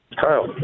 Kyle